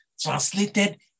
translated